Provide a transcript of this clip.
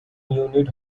unit